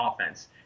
offense